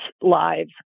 lives